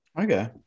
Okay